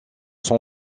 son